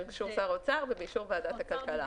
באישור שר האוצר ובאישור ועדת הכלכלה.